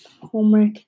homework